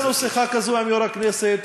הייתה לנו שיחה כזאת עם יושב-ראש הכנסת,